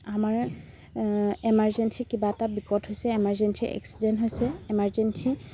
আমাৰ এমাৰজেঞ্চি কিবা এটা বিপদ হৈছে এমাৰজেঞ্চি এক্সিডেণ্ট হৈছে এমাৰজেঞ্চি